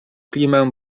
klimę